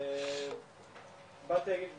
באתי להגיד,